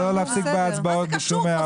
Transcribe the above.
מה זה קשור פה?